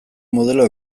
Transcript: modelo